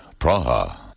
Praha